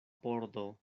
pordo